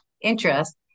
interest